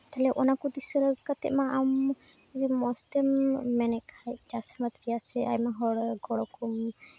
ᱛᱟᱦᱚᱞᱮ ᱚᱱᱟ ᱠᱚ ᱫᱤᱥᱟᱹ ᱠᱟᱛᱮ ᱢᱟ ᱟᱢ ᱢᱚᱡᱽ ᱛᱮᱢ ᱢᱮᱱᱮᱫ ᱠᱷᱟᱡ ᱪᱟᱥ ᱟᱵᱟᱫ ᱨᱮᱭᱟᱜ ᱥᱮ ᱟᱭᱢᱟ ᱦᱚᱲ ᱜᱚᱲᱚ ᱠᱚ